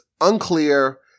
unclear